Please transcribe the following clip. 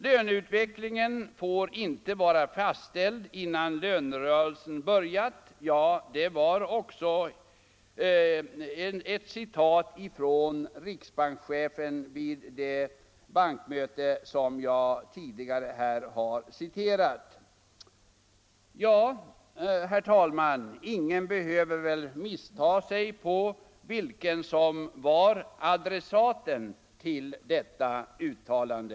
Löneutvecklingen får inte vara fastställd innan lönerörelsen börjat, sade riksbankschefen vid detta bankmöte. Ingen behöver väl, herr talman, missta sig på vilken som var adressaten för detta uttalande.